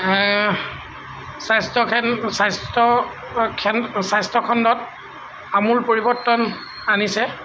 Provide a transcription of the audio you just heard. স্বাস্থ্যখেন স্বাস্থ্য খেন স্বাস্থ্যখণ্ডত আমোল পৰিৱৰ্তন আনিছে